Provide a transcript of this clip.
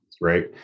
right